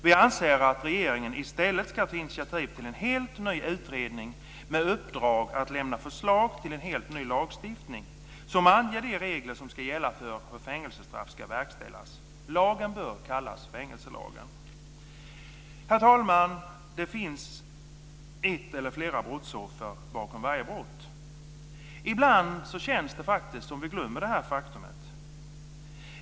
Vi anser att regeringen i stället ska ta initiativ till en helt ny utredning med uppdrag att lämna förslag till helt ny lagstiftning som anger de regler som ska gälla för hur fängelsestraff ska verkställas. Lagen bör kallas fängelselagen. Herr talman! Det finns ett eller flera brottsoffer bakom varje brott. Ibland känns det som om vi glömmer detta faktum.